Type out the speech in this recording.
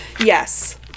Yes